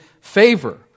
favor